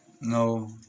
no